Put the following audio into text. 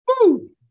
Woo